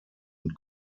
und